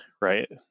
right